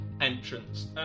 entrance